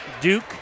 Duke